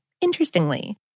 interestingly